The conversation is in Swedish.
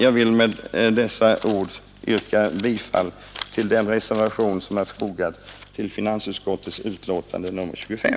Jag vill med dessa ord yrka bifall till den reservation som är fogad vid finansutskottets betänkande nr 25.